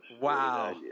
Wow